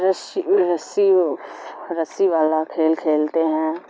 رسی رسی رسی والا کھیل کھیلتے ہیں